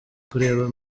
kureba